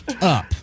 up